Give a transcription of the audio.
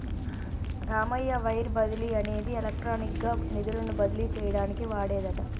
Ramayya wire బదిలీ అనేది electronic గా నిధులను బదిలీ చేయటానికి వాడేదట